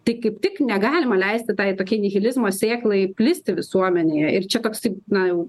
tai kaip tik negalima leisti tai tokiai nihilizmo sėklai plisti visuomenėje ir čia toksai na jau